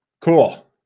cool